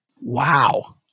Wow